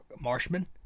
Marshman